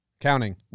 Counting